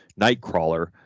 Nightcrawler